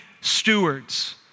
stewards